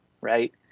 Right